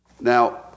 Now